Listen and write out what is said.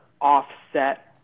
offset